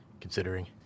considering